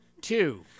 Two